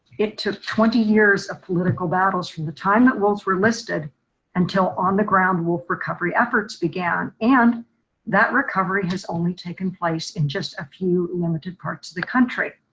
it took twenty years of political battles from the time that wolves were listed until on the ground wolf recovery efforts began and that recovery has only taken place in just a few limited parts of the country.